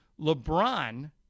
LeBron